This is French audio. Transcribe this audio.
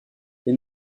les